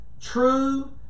true